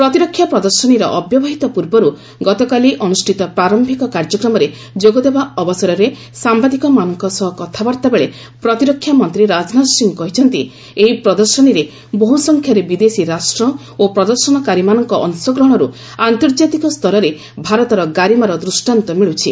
ପ୍ରତିରକ୍ଷା ପ୍ରଦର୍ଶନୀର ଅବ୍ୟବହିତ ପୂର୍ବରୁ ଗତକାଲି ଅନୁଷ୍ଠିତ ପ୍ରାର୍ୟିକ କାର୍ଯ୍ୟକ୍ରମରେ ଯୋଗଦେବା ଅବସରରେ ସାମ୍ବାଦିକମାନଙ୍କ ସହ କଥାବାର୍ତ୍ତା ବେଳେ ପ୍ରତିରକ୍ଷାମନ୍ତ୍ରୀ ରାଜନାଥ ସିଂହ କହିଛନ୍ତି ଏହି ପ୍ରଦର୍ଶନୀରେ ବହୁସଂଖ୍ୟାରେ ବିଦେଶୀ ରାଷ୍ଟ୍ର ଓ ପ୍ରଦର୍ଶନକାରୀମାନଙ୍କ ଅଂଶଗ୍ରହଣରୁ ଆନ୍ତର୍ଜାତିକ ସ୍ତରରେ ଭାରତର ଗାରିମାର ଦୂଷ୍ଟାନ୍ତ ମିଳୁଛି